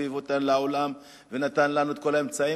הביא אותנו לעולם ונתן לנו את כל האמצעים,